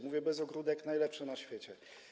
Mówię to bez ogródek: najlepsze na świecie.